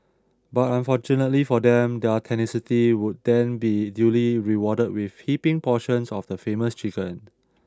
but unfortunately for them their tenacity would then be duly rewarded with heaping portions of the famous chicken